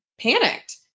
panicked